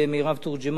תורג'מן, ענת מימון,